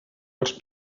els